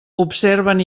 observen